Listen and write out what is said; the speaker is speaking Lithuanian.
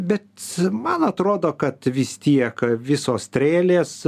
bet man atrodo kad vis tiek visos strėlės